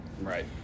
Right